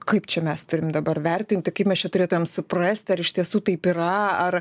kaip čia mes turim dabar vertinti kaip mes čia turėtumėm suprasti ar iš tiesų taip yra ar